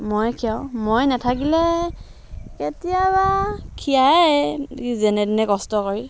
ময়ে খীৰাওঁ মই নেথাকিলে কেতিয়াবা খীৰায় যেনে তেনে কষ্ট কৰি